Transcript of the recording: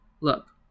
look